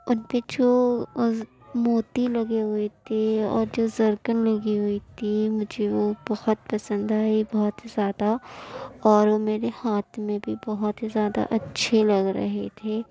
اُن پہ جو موتی لگے ہوئے تھے اور جو زرکن لگی ہوئی تھی مجھے وہ بہت پسند آئی بہت زیادہ اور میرے ہاتھ میں بھی بہت زیادہ اچھے لگ رہے تھے